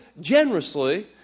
generously